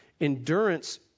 endurance